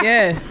Yes